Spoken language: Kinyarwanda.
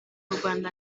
rwanda